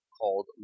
called